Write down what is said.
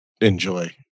enjoy